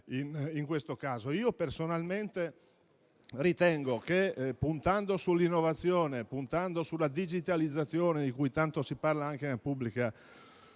Personalmente, ritengo che, puntando sull'innovazione e sulla digitalizzazione, di cui tanto si parla anche nella pubblica